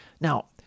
Now